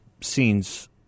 scenes